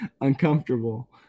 uncomfortable